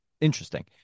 interesting